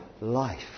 life